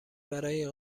برای